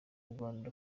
rwanda